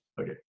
Okay